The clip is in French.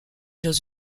dans